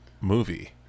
movie